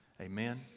Amen